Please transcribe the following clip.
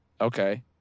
Okay